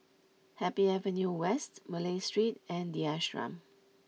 happy Avenue West Malay Street and The Ashram